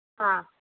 हा